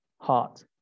heart